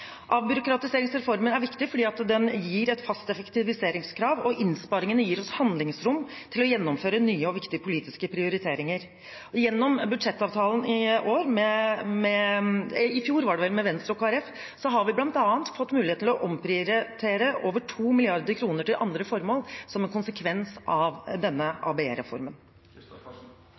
Avbyråkratiseringsreformen er viktig fordi den gir et fast effektiviseringskrav, og innsparingene gir oss handlingsrom til å gjennomføre nye og viktige politiske prioriteringer. Gjennom budsjettavtalen med Venstre og Kristelig Folkeparti i fjor har vi bl.a. fått mulighet til å omprioritere over 2 mrd. kr til andre formål, som en konsekvens av